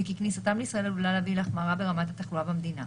וכי כניסתם לישראל עלולה להביא להחמרה ברמת התחלואה במדינה,